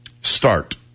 START